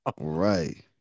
Right